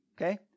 Okay